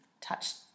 touched